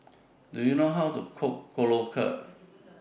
Do YOU know How to Cook Korokke